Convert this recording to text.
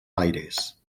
aires